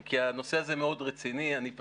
כי אני לא מצליח.